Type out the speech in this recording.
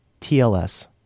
TLS